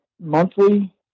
monthly